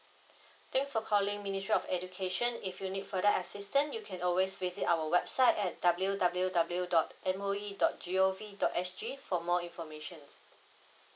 thanks for calling ministry of education if you need further assitance you can always visit our website at w w w dot M O E dot g o v dot s g for more information